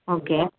okay